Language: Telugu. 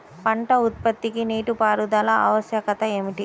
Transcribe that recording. పంట ఉత్పత్తికి నీటిపారుదల ఆవశ్యకత ఏమిటీ?